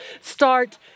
start